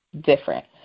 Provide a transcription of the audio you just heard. different